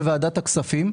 בוועדת הכספים,